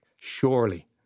surely